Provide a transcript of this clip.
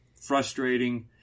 frustrating